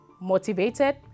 motivated